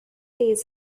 days